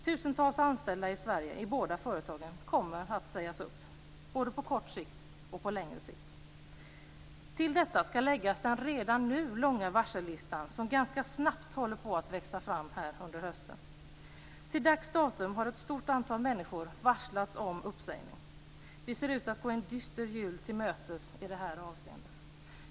Tusentals anställda i Sverige - i båda företagen - kommer att sägas upp, både på kort sikt och på längre sikt. Till detta skall läggas den redan nu långa varsellistan, som ganska snabbt hållit på att växa fram under hösten. Till dags datum har ett stort antal människor varslats om uppsägning. Vi ser ut att gå en dyster jul till mötes i det här avseendet.